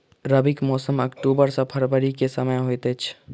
रबीक मौसम अक्टूबर सँ फरबरी क समय होइत अछि